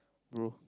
bro